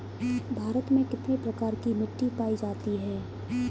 भारत में कितने प्रकार की मिट्टी पाई जाती है?